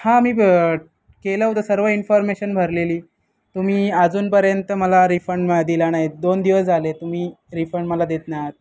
हां मी केलं होतं सर्व इन्फॉर्मेशन भरलेली तुम्ही अजूनपर्यंत मला रिफंड दिला नाही दोन दिवस झाले तुम्ही रिफंड मला देत नाही आहात